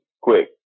quick